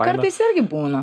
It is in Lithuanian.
kartais irgi būna